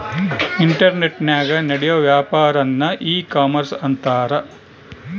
ಇಂಟರ್ನೆಟನಾಗ ನಡಿಯೋ ವ್ಯಾಪಾರನ್ನ ಈ ಕಾಮರ್ಷ ಅಂತಾರ